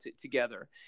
together